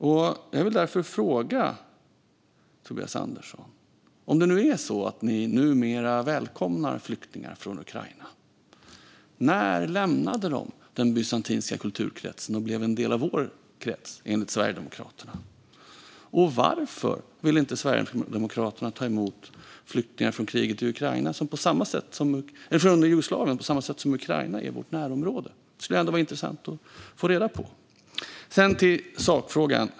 Låt mig därför fråga Tobias Andersson: Om Sverigedemokraterna numera välkomnar flyktingar från Ukraina, när lämnade de den bysantinska kulturkretsen och blev en del av vår krets? Varför ville Sverigedemokraterna inte ta emot flyktingar från Jugoslavien som på samma sätt som Ukraina låg i vårt närområde? Det skulle vara intressant att höra. Så till sakfrågan.